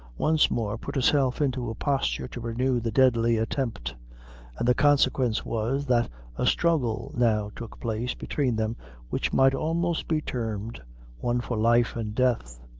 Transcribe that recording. once more put herself into a posture to renew the deadly attempt and the consequence was, that a struggle now took place between them which might almost be termed one for life and death.